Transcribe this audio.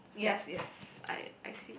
yes yes I I see